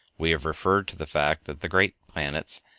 we have referred to the fact that the great planets,